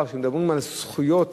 שמדבר על זכויות